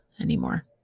anymore